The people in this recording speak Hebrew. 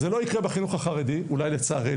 זה לא יקרה בחינוך החרדי, אולי לצערנו.